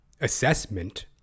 assessment